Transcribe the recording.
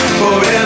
forever